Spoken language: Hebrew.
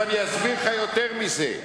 אני אסביר לך יותר מזה.